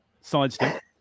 sidestep